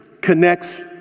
connects